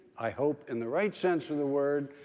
i hope in the right sense of the word.